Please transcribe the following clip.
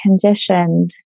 conditioned